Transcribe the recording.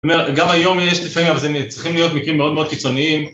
אני אומר, גם היום יש לפעמים אבל זה צריכים להיות מקרים מאוד מאוד קיצוניים